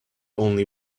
only